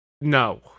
No